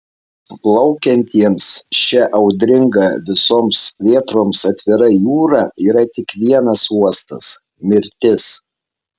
plaukiantiems šia audringa visoms vėtroms atvira jūra yra tik vienas uostas mirtis